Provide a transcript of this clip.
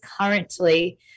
currently